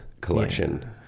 collection